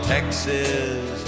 Texas